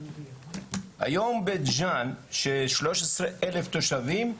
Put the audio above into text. היום בית ג'אן שהיא 13 אלף תושבים,